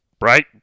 right